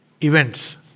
Events